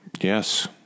Yes